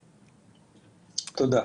תודה.